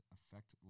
Affect